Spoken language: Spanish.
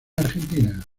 argentina